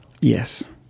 Yes